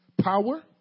power